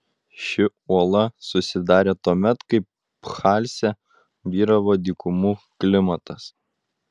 ši uola susidarė tuomet kai pfalce vyravo dykumų klimatas